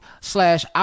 slash